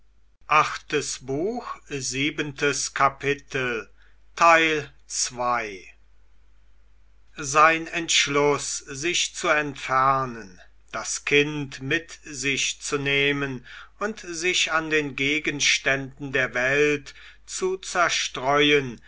sein entschluß sich zu entfernen das kind mit sich zu nehmen und sich an den gegenständen der welt zu zerstreuen